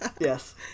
Yes